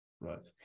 Right